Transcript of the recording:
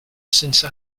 since